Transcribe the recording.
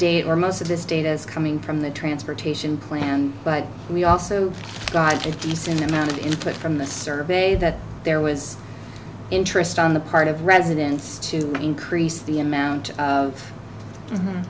data or most of this data is coming from the transportation plan but we also got if the same amount of input from the survey that there was interest on the part of residents to increase the amount of